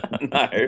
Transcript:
No